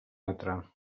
altre